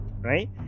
right